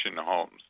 homes